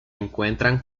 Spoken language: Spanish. encuentran